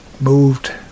moved